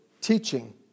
teaching